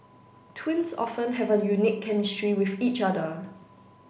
twins often have a unique chemistry with each other